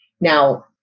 Now